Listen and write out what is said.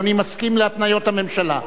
אדוני מסכים להתניות הממשלה.